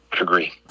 Agree